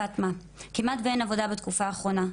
פטמה: כמעט ואין עבודה בתקופה האחרונה.